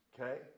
Okay